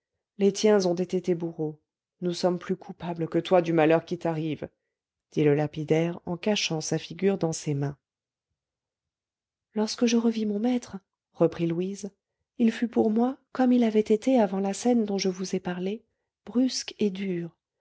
les tiens ont été tes bourreaux nous sommes plus coupables que toi du malheur qui t'arrive dit le lapidaire en cachant sa figure dans ses mains lorsque je revis mon maître reprit louise il fut pour moi comme il avait été avant la scène dont je vous ai parlé brusque et dur